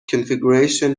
configuration